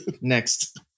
Next